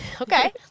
okay